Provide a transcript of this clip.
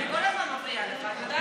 אני כל הזמן מפריעה לך, זה לא חדש.